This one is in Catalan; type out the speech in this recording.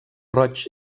roig